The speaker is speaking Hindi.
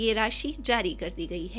ये राशि जारी कर दी गई है